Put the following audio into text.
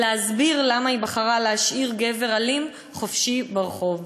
או להסביר למה היא בחרה להשאיר גבר אלים חופשי ברחוב.